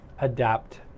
Adapt